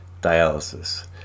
dialysis